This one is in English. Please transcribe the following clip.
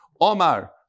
Omar